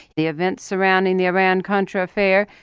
the events surrounding the iran-contra affair.